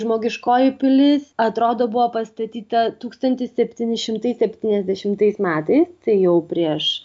žmogiškoji pilis atrodo buvo pastatyta tūkstantis septyni šimtai septyniasdešimtais metais tai jau prieš